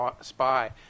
spy